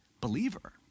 believer